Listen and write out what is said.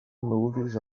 movies